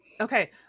Okay